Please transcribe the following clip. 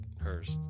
Hurst